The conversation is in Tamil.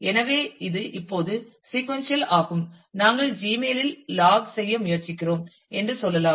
எனவே இது இப்போது சீக்கொன்சியல் ஆகும் நாங்கள் ஜிமெயில் இல் லாக் செய்ய முயற்சிக்கிறோம் என்று சொல்லலாம்